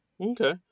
Okay